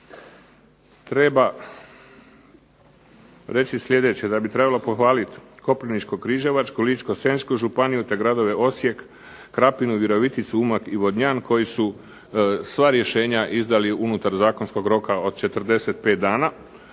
treba reći sljedeće, da bi trebalo pohvaliti Koprivničko-križevačku, Ličko-senjsku županiju, te gradove Osijek, Krapinu, Viroviticu, Umag i Vodnjan koji su sva rješenja izdali unutar zakonskog roka od 45 dana.